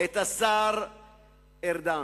השר ארדן.